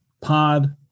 pod